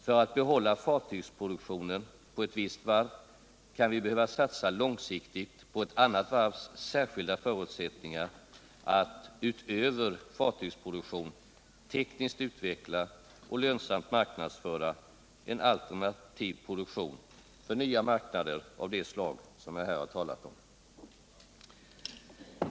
För att behålla fartygsproduktionen på ett visst varv kan vi behöva satsa långsiktigt på ett annat varvs särskilda förutsättningar att utöver fartygsproduktion tekniskt utveckla och lönsamt marknadsföra en alternativ produktion för nya marknader av det slag som jag här har talat om.